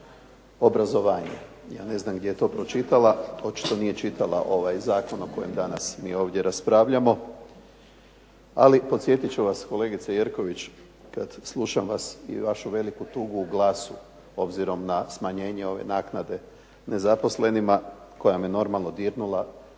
obrazovanje. Ja ne znam gdje je to pročitala. Očito nije čitala ovaj zakon o kojem danas mi ovdje raspravljamo. Ali podsjetit ću vas kolegice Jerković kada slušam vas i vašu veliku tugu u glasu obzirom na smanjenje ove naknade nezaposlenima koja me normalno dirnula,